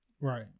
Right